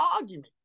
argument